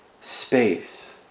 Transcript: space